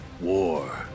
war